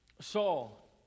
Saul